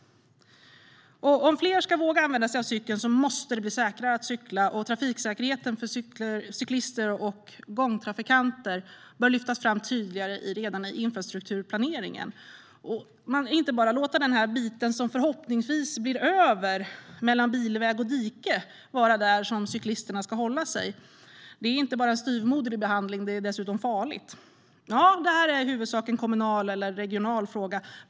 Om fler ska våga använda cykeln måste det bli säkrare att cykla. Trafiksäkerheten för cyklister och gångtrafikanter bör lyftas fram tydligare redan i infrastrukturplaneringen. Man ska inte bara låta den bit som förhoppningsvis blir över mellan bilväg och dike vara till för cyklisterna. Det är inte bara styvmoderlig behandling utan dessutom farligt. Ja, det är en i huvudsak kommunal eller regional fråga.